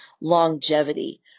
longevity